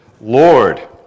Lord